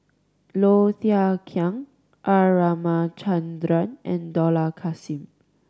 Low Thia Khiang R Ramachandran and Dollah Kassim